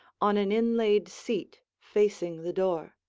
on an inlaid seat facing the door.